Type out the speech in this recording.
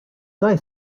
guy